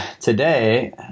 today